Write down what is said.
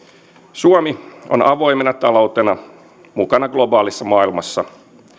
suomi on avoimena taloutena mukana globaalissa maailmassa